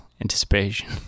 anticipation